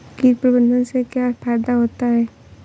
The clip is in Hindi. कीट प्रबंधन से क्या फायदा होता है?